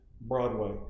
Broadway